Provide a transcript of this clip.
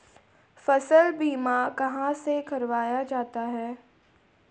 फसल बीमा कहाँ से कराया जाता है?